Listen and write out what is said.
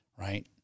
Right